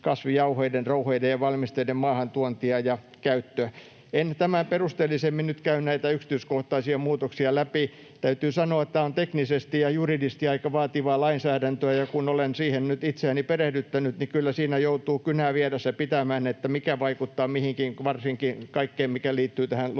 kasvijauheiden, ‑rouheiden ja ‑valmisteiden maahantuontia ja käyttöä. En tämän perusteellisemmin nyt käy näitä yksityiskohtaisia muutoksia läpi. Täytyy sanoa, että tämä on teknisesti ja juridisesti aika vaativaa lainsäädäntöä, ja kun olen siihen nyt itseäni perehdyttänyt, niin kyllä siinä joutuu kynää vieressä pitämään, että ymmärtää, mikä vaikuttaa mihinkin, varsinkin kaikkeen, mikä liittyy tähän